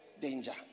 danger